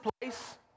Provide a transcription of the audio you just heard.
place